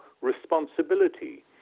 responsibility